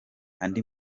andi